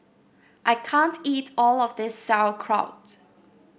I can't eat all of this Sauerkraut